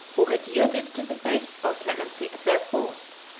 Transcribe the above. who had yielded to the faith or clemency of their foes,